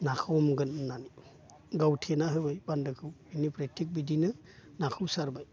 नाखौ हमगोन होननानै गाव थेना होबाय बान्दोखौ इनिफ्राय थिख बिदिनो नाखौ सारबाय